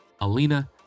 Alina